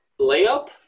layup